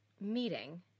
meeting